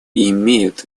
имеют